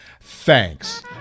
Thanks